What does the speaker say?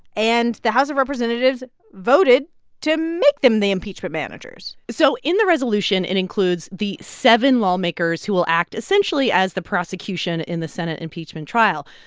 and the house of representatives voted to make them the impeachment managers so in the resolution, it and includes the seven lawmakers who will act, essentially, as the prosecution in the senate impeachment trial.